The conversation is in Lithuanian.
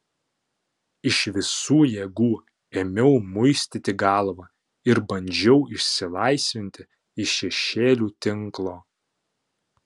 iš visų jėgų ėmiau muistyti galvą ir bandžiau išsilaisvinti iš šešėlių tinklo